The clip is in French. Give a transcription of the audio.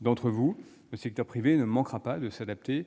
notamment. Le secteur privé ne manquera pas d'adapter